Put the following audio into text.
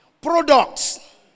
Products